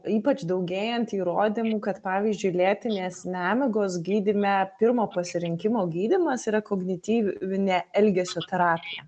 ypač daugėjant įrodymų kad pavyzdžiui lėtinės nemigos gydyme pirmo pasirinkimo gydymas yra kognityvinė elgesio terapija